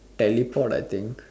teleport I think